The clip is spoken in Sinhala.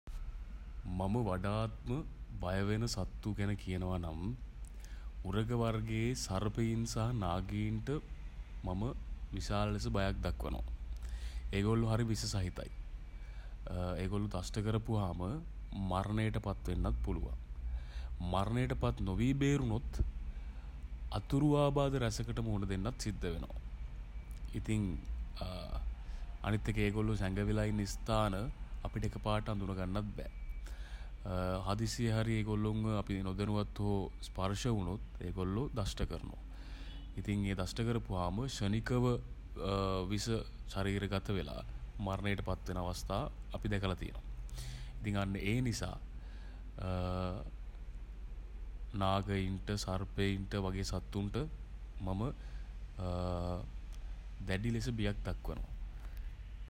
මම වඩාත්ම බයවෙන සත්තු ගැන කියනවා නම් උරග වර්ගයේ සර්පයින් සහ නාගයින්ට මම විසාල ලෙස බයක් දක්වනවා. ඒගොල්ලෝ හරි විෂ සහිතයි. ඒගොල්ලෝ දෂ්ඨ කරපුවාම මරණයට පත් වෙන්නත් පුළුවන්. මරණයට පත් නොවී බේරුණොත් අතුරු ආබාධ රැසකට මුහුණ දෙන්නත් සිද්ධ වෙනවා. ඉතින් අනිත් එක එගොල්ලෝ සැඟවිලා ඉන්න ස්ථාන අපිට එක පාරට අඳුනගන්නත් බෑ. හදිසියේ හරි ඒගොල්ලන්ලොන්ව අපි නොදැනුවත්ව හෝ ස්පර්ශ වුණොත් ඒගොල්ලෝ දෂ්ඨ කරනවා. ඉතින් ඒ දෂ්ඨ කරපුවහම ක්ෂණිකව විෂ ශරීර ගත වෙලා මරණයට පත් වෙන අවස්ථා අපි දැකලා තියෙනවා. ඉතින් අන්න ඒ නිසා නාගයින්ට සර්පයින්ට වගේ සත්තුන්ට මම දැඩි ලෙස බියක් දක්වනවා.